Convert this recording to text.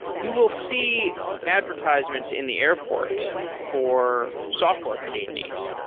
you will see advertisements in the airport for software companies.